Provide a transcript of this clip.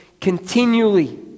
continually